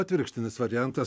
atvirkštinis variantas